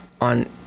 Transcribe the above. on